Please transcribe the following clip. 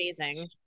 amazing